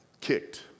kicked